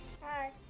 Hi